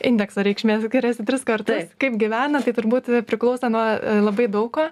indekso reikšmė skiriasi tris kartus kaip gyvena tai turbūt priklauso nuo labai daug ko